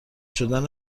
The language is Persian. شدن